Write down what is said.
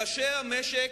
ראשי המשק,